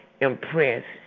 impressed